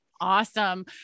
awesome